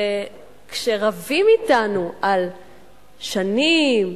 וכשרבים אתנו על שנים,